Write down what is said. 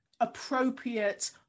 appropriate